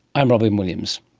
i'm robyn williams